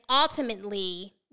ultimately